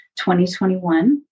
2021